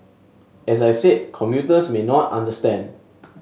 as I said commuters may not understand